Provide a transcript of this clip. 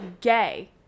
gay